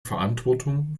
verantwortung